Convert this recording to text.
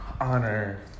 honor